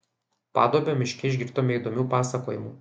paduobio miške išgirdome įdomių pasakojimų